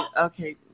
okay